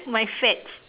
my fats